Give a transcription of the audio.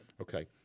Okay